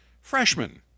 freshman